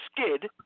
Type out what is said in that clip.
skid